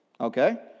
Okay